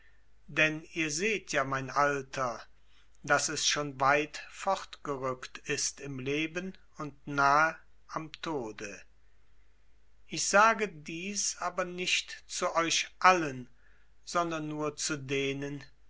denn ihr seht ja mein alter daß es schon weit fortgerückt ist im leben und nahe am tode ich sage dies aber nicht zu euch allen sondern nur zu denen